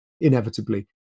inevitably